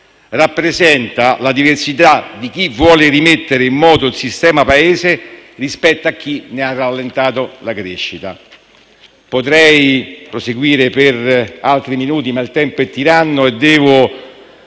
Rappresenta la diversità di chi vuole rimettere in moto il sistema Paese rispetto a chi ne ha rallentato la crescita.